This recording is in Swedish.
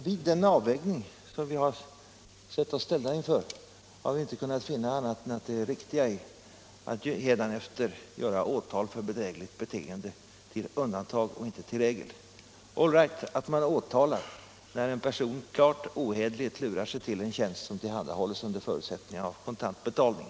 Vid den avvägning som vi har sett oss ställda inför har vi inte kunnat finna annat än att det riktiga är att hädanefter göra åtal för bedrägligt beteende till ett undantag och inte till en regel. All right att man åtalar när en person klart ohederligt lurat sig till en tjänst som tillhandahålls under förutsättning av kontant betalning!